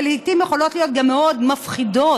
שלעיתים גם יכולות להיות מאוד מפחידות,